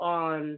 on